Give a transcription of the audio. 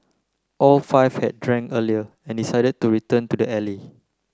all five had drank earlier and decided to return to the alley